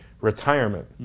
retirement